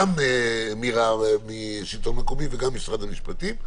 גם מירה משלטון מקומי וגם ממשרד המשפטים,